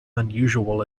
unusual